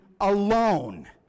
alone